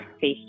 face